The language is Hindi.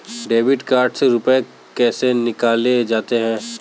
डेबिट कार्ड से रुपये कैसे निकाले जाते हैं?